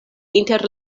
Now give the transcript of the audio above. inter